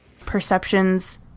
perceptions